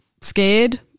scared